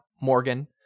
Morgan –